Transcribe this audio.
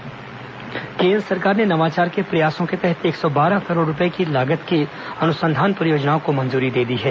नवाचार केन्द्र सरकार ने नवाचार के प्रयासों के तहत एक सौ बारह करोड़ रुपये लागत की अनुसंधान परियोजनाओं को मंजूरी दी है